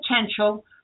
potential